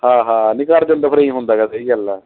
ਹਾਂ ਹਾਂ ਨਹੀਂ ਘਰ ਚੱਲੋ ਫਿਰ ਐਂ ਹੁੰਦਾ ਗਾ ਸਹੀ ਗੱਲ ਆ